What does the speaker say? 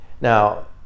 Now